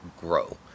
grow